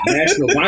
National